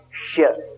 shift